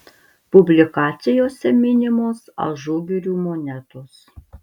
publikacijose minimos ažugirių monetos